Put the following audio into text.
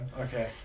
okay